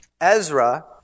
Ezra